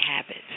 habits